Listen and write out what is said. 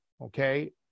okay